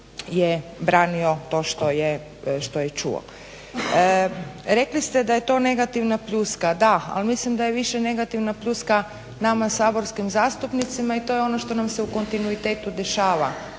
Rekli ste da je to negativna pljuska, da. Al' mislim da je više negativna pljuska nama saborskim zastupnicima i to je ono što nam se u kontinuitetu dešava,